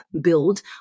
build